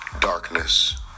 darkness